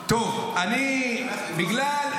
טוב, צגה,